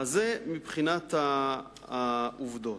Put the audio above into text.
זה מבחינת העובדות.